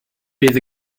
bydd